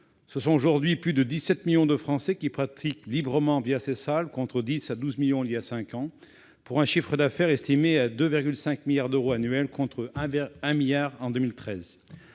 Ce sont aujourd'hui plus de 17 millions de Français qui pratiquent librement ces salles, contre 10 à 12 millions il y a cinq ans, pour un chiffre d'affaires estimé à 2,5 milliards d'euros annuels, contre 1 milliard d'euros